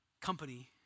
company